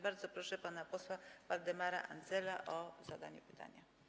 Bardzo proszę pana posła Waldemara Andzela o zadanie pytania.